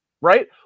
right